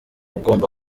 ugomba